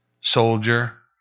soldier